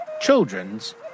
children's